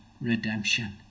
redemption